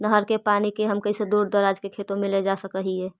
नहर के पानी के हम कैसे दुर दराज के खेतों में ले जा सक हिय?